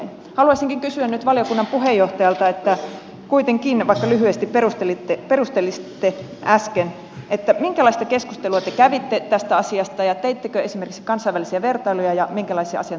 haluaisinkin kysyä nyt valiokunnan puheenjohtajalta kuitenkin vaikka lyhyesti perustelitte äsken minkälaista keskustelua te kävitte tästä asiasta ja teittekö esimerkiksi kansainvälisiä vertailuja ja minkälaisia asiantuntijoita kuulitte